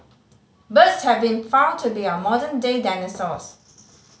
birds have been found to be our modern day dinosaurs